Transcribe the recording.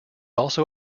also